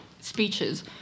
speeches